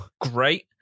great